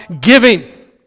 giving